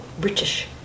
British